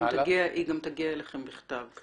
מורת הרוח גם תגיע אליכם בכתב.